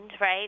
right